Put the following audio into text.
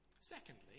Secondly